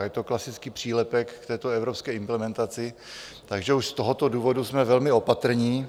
Je to klasický přílepek k této evropské implementaci, takže už z tohoto důvodu jsme velmi opatrní.